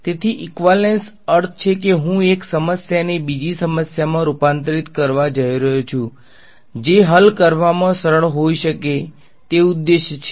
તેથી ઈક્વાલેંસ અર્થ છે કે હું એક સમસ્યાને બીજ સમસ્યાને રૂપાંતરિત કરવા જઈ રહ્યો છું જે હલ કરવામાં સરળ હોઈ શકે તે ઉદ્દેશ્ય છે